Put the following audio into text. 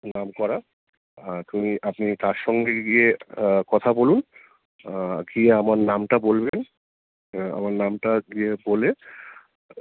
নাম করা উনি আপনি তার সঙ্গে গিয়ে কথা বলুন গিয়ে আমার নামটা বলবেন আমার নামটা গিয়ে বলে